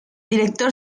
director